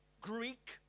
Greek